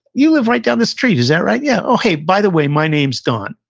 you live right down the street, is that right? yeah. oh, hey, by the way, my name's don.